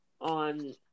on